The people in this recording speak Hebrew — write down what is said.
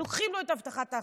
לוקחים לו את הבטחת ההכנסה.